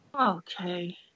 Okay